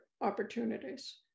opportunities